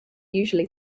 usually